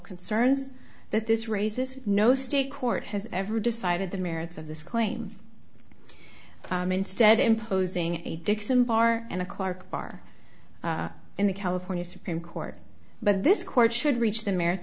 concerns that this raises no state court has ever decided the merits of this claim instead imposing a dixon bar and a clarke bar in the california supreme court but this court should reach the merits